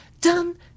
Done